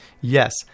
Yes